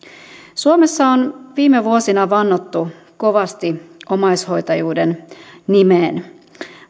suomessa on viime vuosina vannottu kovasti omaishoitajuuden nimeen